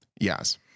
Yes